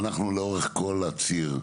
אנחנו לאורך כל הציר,